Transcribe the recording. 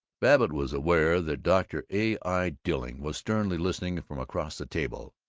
babbitt was aware that dr. a. i. dilling was sternly listening from across the table.